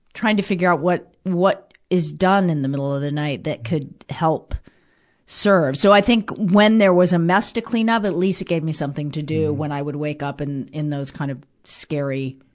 trying to figure out what, what is done in the middle of the night that could help serve. so, i think, when there was a mess to clean up, at least it gave me something to do when i would wake up in, in those kind of scary,